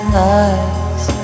lies